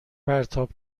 پرتاب